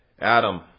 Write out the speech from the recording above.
Adam